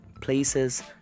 places